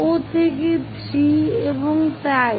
O থেকে 3 এবং তাই